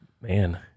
man